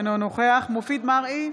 אינו נוכח מופיד מרעי,